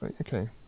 Okay